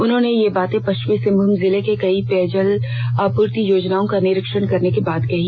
उन्होंने यह बातें पश्चिम सिंहभुम जिले की कई पेयजलापुर्ति योजनाओं का निरीक्षण करने के बाद कही